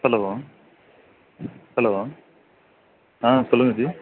சொல்லுங்க ஹலோ ஆ சொல்லுங்கள் ஜி